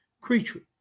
creature